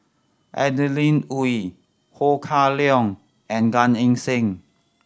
Adeline Ooi Ho Kah Leong and Gan Eng Seng